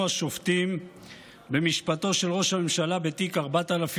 השופטים במשפטו של ראש הממשלה בתיק 4000,